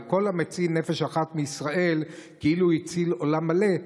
כל המציל נפש אחת מישראל כאילו הציל עולם מלא.